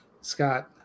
Scott